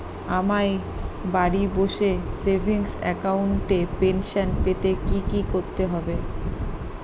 আমায় বাড়ি বসে সেভিংস অ্যাকাউন্টে পেনশন পেতে কি কি করতে হবে?